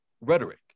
rhetoric